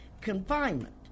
confinement